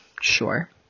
sure